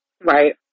Right